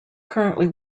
currently